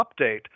update